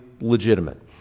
legitimate